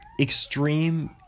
extreme